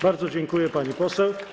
Bardzo dziękuję, pani poseł.